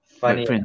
funny